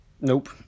Nope